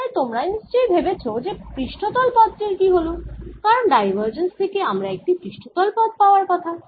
তাই তোমরা নিশ্চই ভেবেছ এই পৃষ্ঠতল পদ টির কি হল কারণ ডাইভারজেন্স থেকে আমার একটি পৃষ্ঠতল পদ পাওয়ার কথা